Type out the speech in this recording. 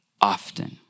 often